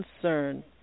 concern